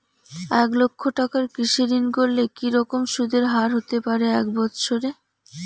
এক লক্ষ টাকার কৃষি ঋণ করলে কি রকম সুদের হারহতে পারে এক বৎসরে?